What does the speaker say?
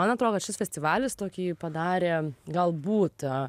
man atrodo šis festivalis tokį padarė galbūt